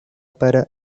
para